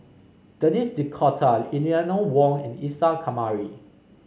Denis D'Cotta Eleanor Wong and Isa Kamari